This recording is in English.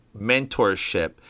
mentorship